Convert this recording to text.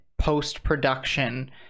post-production